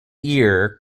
year